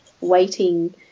waiting